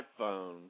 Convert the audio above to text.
iPhone